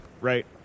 right